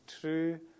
true